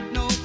no